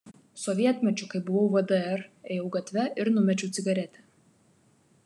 sovietmečiu kai buvau vdr ėjau gatve ir numečiau cigaretę